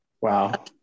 Wow